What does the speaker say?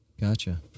Gotcha